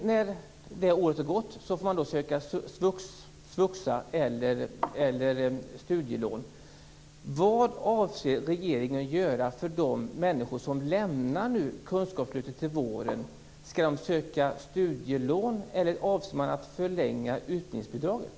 När det året har gått får man söka svuxa eller studielån. Vad avser regeringen att göra för de människor som lämnar kunskapslyftet till våren? Skall de söka studielån, eller avser man att förlänga utbildningsbidraget?